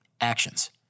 actions